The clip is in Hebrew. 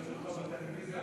ראיתי אותך בטלוויזיה,